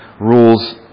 Rules